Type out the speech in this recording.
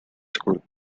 school